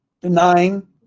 denying